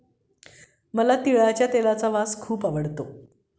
मला तिळाच्या तेलाचा वास खूप आवडतो